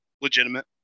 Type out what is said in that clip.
legitimate